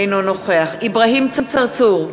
אינו נוכח אברהים צרצור,